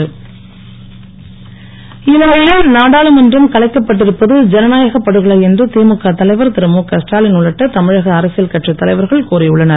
இலங்கை இலங்கையில் நாடாளுமன்றம் கலைக்கப்பட்டிருப்பது ஜனநாயக படுகொலை என்று திமுக தலைவர் திரு முக ஸ்டாலின் உள்ளிட்ட தமிழக அரசியல் கட்சித் தலைவர்கள் கூறி உள்ளனர்